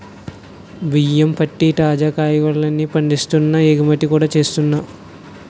బియ్యం, పత్తి, తాజా కాయగూరల్ని పండిస్తూనే ఎగుమతి కూడా చేస్తున్నా